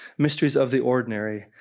mysteries of the ordinary,